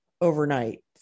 overnight